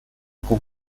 con